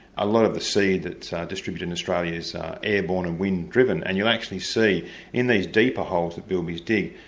a lot of the seed that's distributed in australia is airborne and wind driven, and you'll actually see in these deeper holes that bilbies dig,